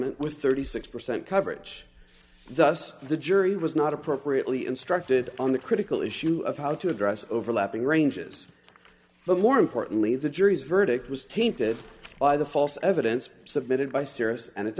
with thirty six percent coverage thus the jury was not appropriately instructed on the critical issue of how to address overlapping ranges but more importantly the jury's verdict was tainted by the false evidence possibility by serious and it's